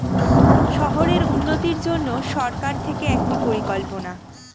শহরের উন্নতির জন্য সরকার থেকে একটি পরিকল্পনা